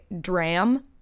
Dram